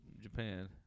Japan